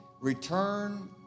Return